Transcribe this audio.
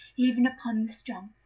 even upon the strong.